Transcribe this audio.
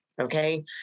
okay